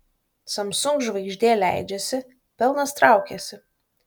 samsung žvaigždė leidžiasi pelnas traukiasi